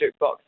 jukebox